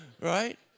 right